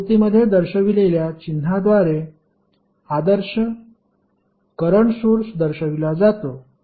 आकृतीमध्ये दर्शविलेल्या चिन्हाद्वारे आदर्श करंट सोर्स दर्शविला जातो